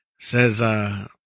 Says